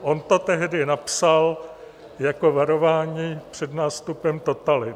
On to tehdy napsal jako varování před nástupem totality.